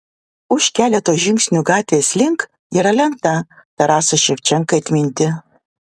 už keleto žingsnių gatvės link yra lenta tarasui ševčenkai atminti